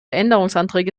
änderungsanträge